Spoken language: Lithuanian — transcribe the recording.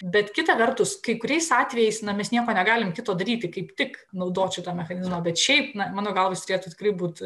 bet kita vertus kai kuriais atvejais na mes nieko negalim kito daryti kaip tik naudočiau tą mechanizmą bet šiaip na mano galva jis turėtų tikrai būt